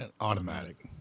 automatic